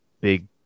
big